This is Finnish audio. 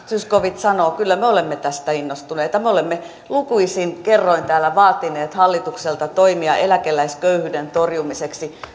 zyskowicz sanoo kyllä me olemme tästä innostuneita me olemme lukuisin kerroin täällä vaatineet hallitukselta toimia eläkeläisköyhyyden torjumiseksi